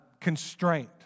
constraint